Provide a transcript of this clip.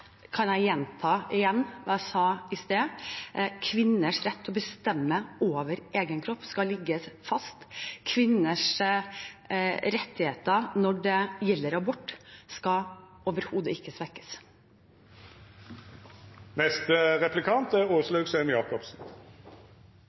kan jeg gjenta det jeg sa i sted: Kvinners rett til å bestemme over egen kropp skal ligge fast. Kvinners rettigheter når det gjelder abort, skal overhodet ikke svekkes.